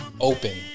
open